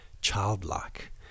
childlike